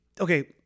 okay